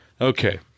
okay